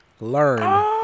Learn